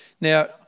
Now